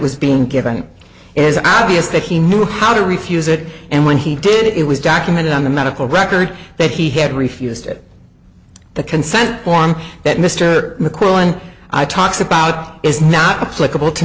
was being given it is obvious that he knew how to refuse it and when he did it was documented on the medical record that he had refused it the consent form that mr mccloy and i talked about is not applicable to